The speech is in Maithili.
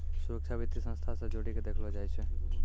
सुरक्षा वित्तीय संस्था से जोड़ी के देखलो जाय छै